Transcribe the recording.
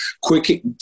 quick